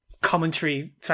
commentary